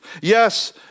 Yes